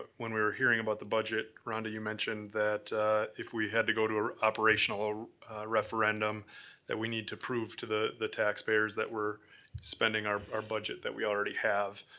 when we were hearing about the budget, rhonda, you mentioned that if we had to go to an ah operational referendum that we need to prove to the the taxpayers that we're spending our our budget that we already have.